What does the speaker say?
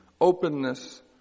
openness